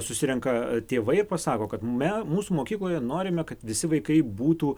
susirenka tėvai ir pasako kad me mūsų mokykloje norime kad visi vaikai būtų